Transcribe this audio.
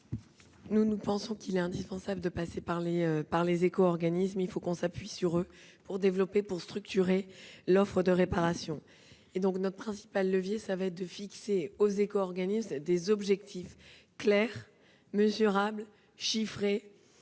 ? Nous pensons qu'il est indispensable de passer par les éco-organismes. Il faut nous appuyer sur eux pour développer et structurer l'offre de réparation. Notre principal levier sera de fixer aux éco-organismes des objectifs clairs, mesurables et chiffrés